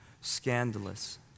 Scandalous